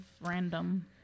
random